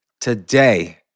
today